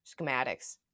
Schematics